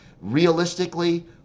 Realistically